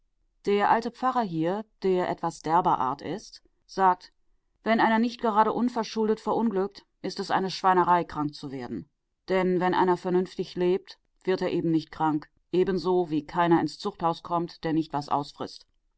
der alte pfarrer hier der etwas derber art ist sagt wenn einer nicht gerade unverschuldet verunglückt ist es eine schweinerei krank zu werden denn wenn einer vernünftig lebt wird er eben nicht krank ebenso wie keiner ins zuchthaus kommt der nicht was ausfrißt